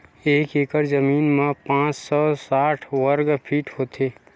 एक एकड़ जमीन मा पांच सौ साठ वर्ग फीट होथे